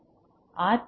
எனவே ஆர்